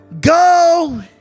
Go